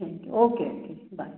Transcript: thank you okay okay bye